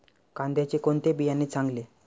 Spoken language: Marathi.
कांद्याचे कोणते बियाणे चांगले?